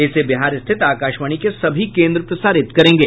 इसे बिहार स्थित आकाशवाणी के सभी केन्द्र प्रसारित करेंगे